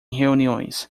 reuniões